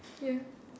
ya